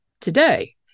today